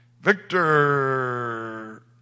Victor